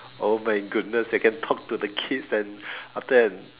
oh my goodness I can talk to the kids and after and